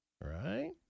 Right